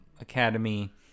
Academy